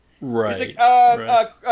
Right